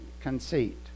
conceit